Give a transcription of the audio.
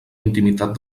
intimitat